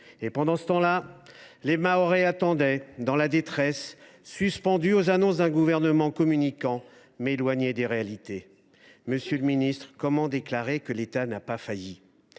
Pendant ce temps là, les Mahorais attendaient, dans la détresse, suspendus aux annonces d’un gouvernement communicant, mais éloigné des réalités. Monsieur le ministre, comment déclarer que l’État n’a pas failli ?